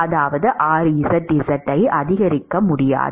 அதாவது rzz ஐ அதிகரிக்க முடியாது